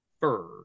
fur